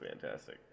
fantastic